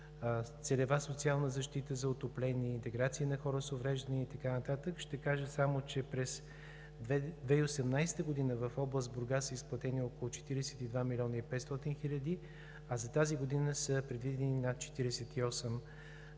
целева социална защита за отопление, интеграция на хора с увреждания и така нататък, ще кажа само, че през 2018 г. в област Бургас са изплатени около 42 млн. 500 хил. лв., а за тази година са предвидени над 48 млн.